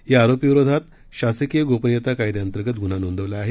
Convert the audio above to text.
या आरोपी विरोधात शासकीय गोपनियता कायद्या अंतर्गत गुन्हा नोंदवला आहे